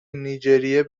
نیجریه